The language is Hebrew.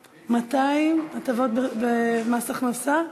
200: הטבות במס הכנסה.